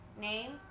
Name